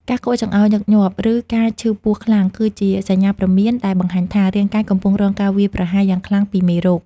ការក្អួតចង្អោរញឹកញាប់ ឬការឈឺពោះខ្លាំង គឺជាសញ្ញាព្រមានដែលបង្ហាញថា រាងកាយកំពុងរងការវាយប្រហារយ៉ាងខ្លាំងពីមេរោគ។